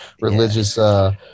religious